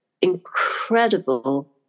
incredible